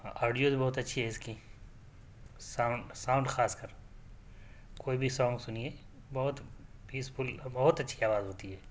audios بہت اچھی ہے اس کی ساؤنڈ ساؤنڈ خاص کر کوئی بھی سانگ سنیے بہت پیسفل بہت اچھی آواز ہوتی ہیں